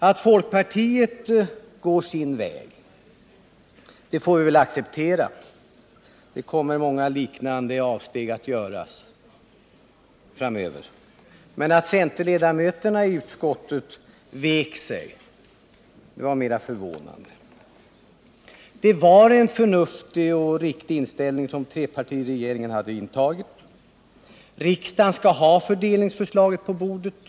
Att folkpartiet går sin väg får vi väl acceptera — många liknande avsteg kommer att göras framöver — men att centerledamöterna i utskottet vek sig var mera förvånande. Det var en förnuftig och riktig inställning som trepartiregeringen hade intagit. Regeringen skall ha fördelningsförslaget på bordet.